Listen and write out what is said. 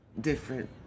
different